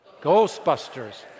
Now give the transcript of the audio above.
Ghostbusters